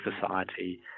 Society